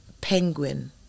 Penguin